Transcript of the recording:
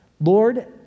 Lord